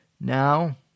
now